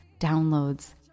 downloads